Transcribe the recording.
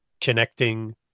connecting